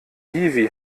hiwi